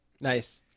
Nice